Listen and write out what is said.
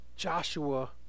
Joshua